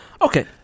Okay